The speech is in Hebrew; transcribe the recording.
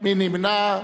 מי נמנע?